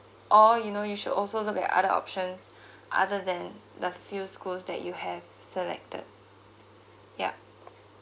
or you know you should also look at other options other than the few schools that you have selected yup